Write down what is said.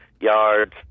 yards